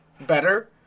better